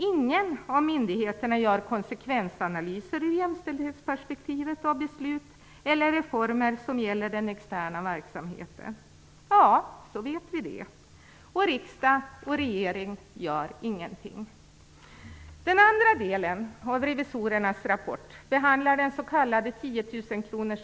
Ingen av myndigheterna gör konsekvensanalyser ur jämställdhetsperspektiv av beslut eller reformer som gäller den externa verksamheten. Så vet vi det. Och riksdag och regering gör ingenting. Den andra delen av revisorernas rapport behandlar den s.k. tiotusenkronan.